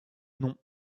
non